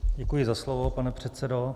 Děkuji za slovo, pane předsedo.